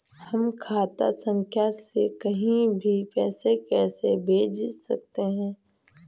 हम खाता संख्या से कहीं भी पैसे कैसे भेज सकते हैं?